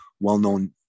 well-known